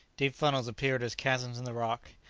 deep funnels appeared as chasms in the rock.